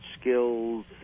skills